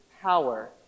power